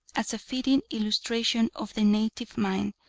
as a fitting illustration of the native mind,